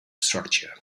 structure